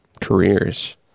Careers